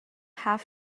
have